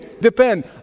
depend